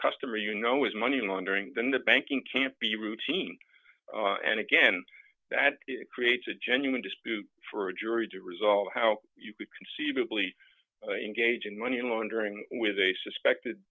customer you know is money laundering then the banking can't be routine and again that creates a genuine dispute for a jury to resolve how you could conceivably engage in money laundering with a suspected